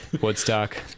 Woodstock